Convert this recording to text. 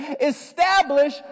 Establish